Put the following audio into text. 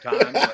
time